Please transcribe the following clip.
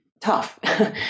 tough